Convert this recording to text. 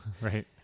right